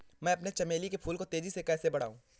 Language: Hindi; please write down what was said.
मैं अपने चमेली के फूल को तेजी से कैसे बढाऊं?